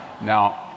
now